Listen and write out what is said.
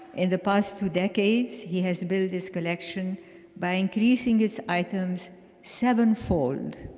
in the past two decades, he has built this collection by increasing his items seven-fold.